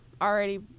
already